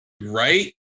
Right